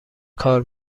کار